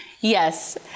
Yes